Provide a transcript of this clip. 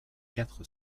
quatre